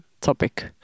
topic